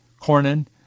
Cornyn